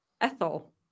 Ethel